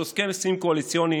שעושה הסכמים קואליציוניים,